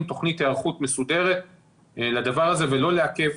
תוכנית היערכות מסודרת לדבר הזה ולא לעכב.